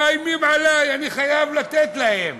מאיימים עלי, אני חייב לתת להם"?